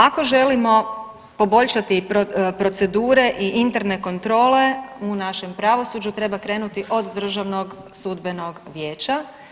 Ako želimo poboljšati procedure i interne kontrole u našem pravosuđu treba krenuti od Državnog sudbenog vijeća.